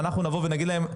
שאנחנו נבוא ונגיד להם,